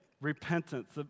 repentance